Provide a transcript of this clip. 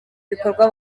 ibikorwa